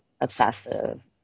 obsessive